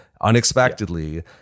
unexpectedly